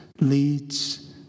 leads